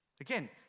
Again